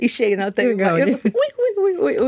išeina taip ir paskui oi oioi oi oi